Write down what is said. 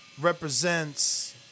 represents